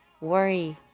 worry